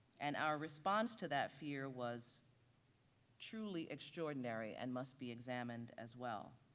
and our response to that fear was truly extraordinary and must be examined as well.